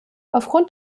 aufgrund